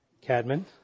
Cadman